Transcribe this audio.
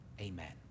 Amen